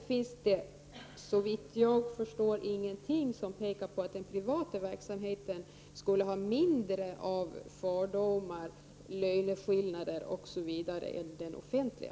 Såvitt jag förstår finns det ingenting som pekar på att den privata verksamheten skulle ha mindre av fördomar, löneskillnader osv. än den offentliga.